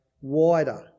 wider